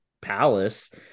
palace